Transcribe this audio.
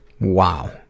Wow